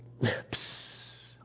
lips